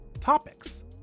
topics